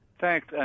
Thanks